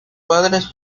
padres